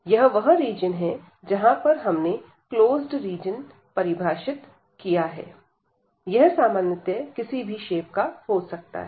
यह वह रीजन है जहां पर हमने क्लोज्ड रीजन परिभाषित है यह सामान्यतया किसी भी शेप का हो सकता है